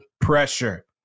pressure